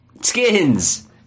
Skins